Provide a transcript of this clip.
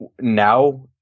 now